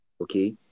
okay